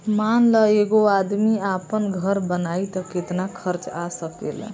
मान ल एगो आदमी आपन घर बनाइ त केतना खर्च आ सकेला